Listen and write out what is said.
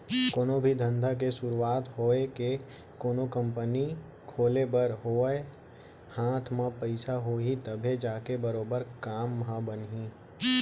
कोनो भी धंधा के सुरूवात होवय के कोनो कंपनी खोले बर होवय हाथ म पइसा होही तभे जाके बरोबर काम ह बनही